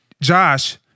Josh